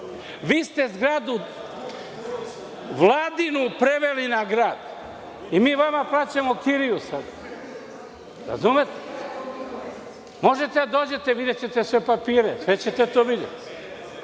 Vi ste zgradu Vladinu preveli na grad i mi vama plaćamo kiriju sada. Da li razumete? Možete da dođete, videćete sve papire. Sve to možete videti.